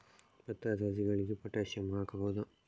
ಭತ್ತದ ಸಸಿಗಳಿಗೆ ಪೊಟ್ಯಾಸಿಯಂ ಹಾಕಬಹುದಾ?